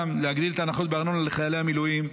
להגדיל את ההנחות בארנונה לחיילי המילואים,